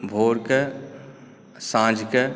भोरके साँझके